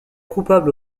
coupable